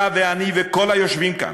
אתה ואני וכל היושבים כאן,